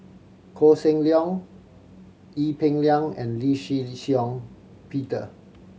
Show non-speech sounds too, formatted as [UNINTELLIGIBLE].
Koh Seng Leong Ee Peng Liang and Lee Shih [UNINTELLIGIBLE] Shiong Peter